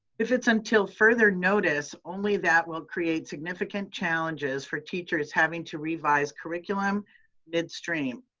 if it's until further notice, only that will create significant challenges for teachers having to revise curriculum midstream.